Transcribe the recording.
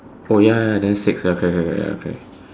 oh ya ya ya then six ya correct correct correct ya correct